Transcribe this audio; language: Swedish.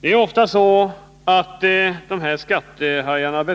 Det är ofta så att dessa skattehajar, som